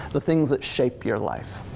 the things that shape your life,